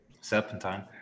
Serpentine